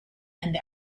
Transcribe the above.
and